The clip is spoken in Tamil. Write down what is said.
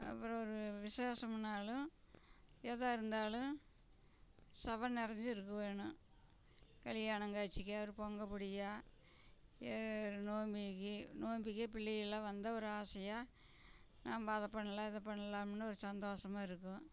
அப்புறம் ஒரு விசேஷமுன்னாலும் எதாக இருந்தாலும் சபை நிறைஞ்சி இருக்க வேணும் கல்யாணம் காட்சிக்காக ஒரு பொங்கல் பிடியா ஏ நோம்பிக்கு நோம்பிக்கே பிள்ளைகளெலாம் வந்தால் ஒரு ஆசையாக நம்ம அதை பண்ணலாம் இதை பண்ணலாம்னு ஒரு சந்தோஷமாக இருக்கும்